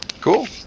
Cool